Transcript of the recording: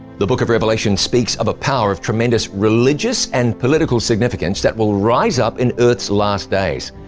the book of revelation speaks of a power of tremendous religious and political significance that will rise up in earth's last days.